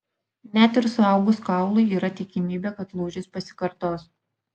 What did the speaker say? net ir suaugus kaului yra tikimybė kad lūžis pasikartos